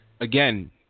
again